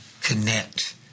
connect